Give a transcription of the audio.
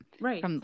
right